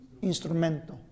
instrumento